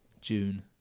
June